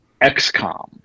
XCOM